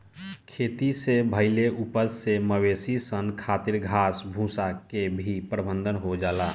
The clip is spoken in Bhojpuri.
खेती से भईल उपज से मवेशी सन खातिर घास भूसा के भी प्रबंध हो जाला